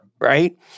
right